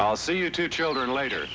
all so you two children later